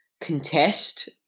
contest